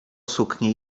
suknie